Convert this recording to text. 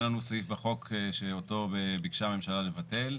היה לנו סעיף בחוק שאותו ביקשה הממשלה לבטל,